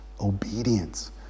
Obedience